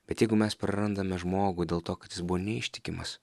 bet jeigu mes prarandame žmogų dėl to kad jis buvo neištikimas